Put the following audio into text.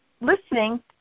listening